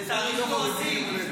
זה תאריך לועזי.